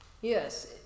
Yes